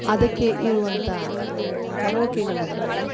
ಅದಕ್ಕೆ ಇರುವಂಥ ಕರೋಕೆಗಳನ್ನು